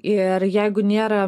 ir jeigu nėra